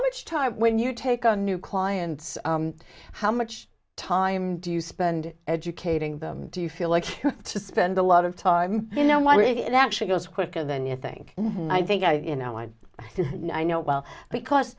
much time when you take on new clients how much time do you spend educating them do you feel like to spend a lot of time you know what it actually goes quicker than you think and i think i you know i think i know well because